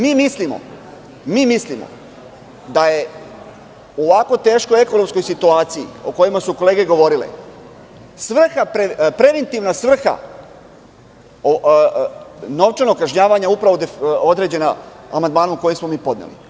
Mi mislimo da je u ovako teškoj ekonomskoj situaciji, o kojoj su kolege govorile, svaka preventivna svrha novčanog kažnjavanja upravo određena amandmanom koji smo mi podneli.